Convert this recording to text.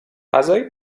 فضای